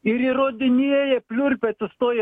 ir įrodinėja pliurpia atsistoję